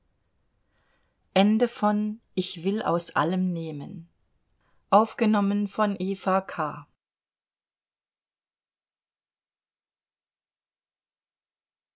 ich will aus allem nehmen